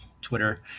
Twitter